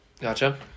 Gotcha